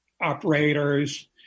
operators